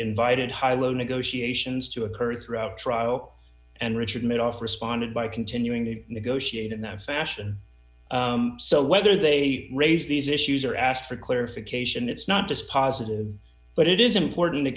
invited hi lo negotiations to occur throughout trial and richard made off responded by continuing to negotiate in that fashion so whether they raise these issues or ask for clarification it's not just positive but it is important